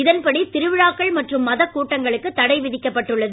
இதன்படி திருவிழாக்கள் மற்றும் மதக் கூட்டங்களுக்கு தடை விதிக்கப்பட்டுள்ளது